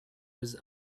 was